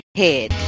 head